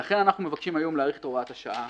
ולכן אנחנו מבקשים היום להאריך את הוראת השעה